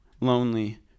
lonely